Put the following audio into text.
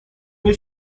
nie